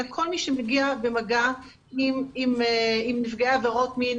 אלא לכל מי שמגיע במגע עם נפגעי עבירות מין,